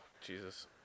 Jesus